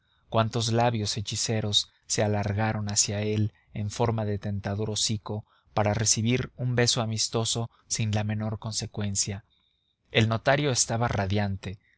cuántos labios hechiceros se alargaron hacia él en forma de tentador hocico para recibir un beso amistoso sin la menor consecuencia el notario estaba radiante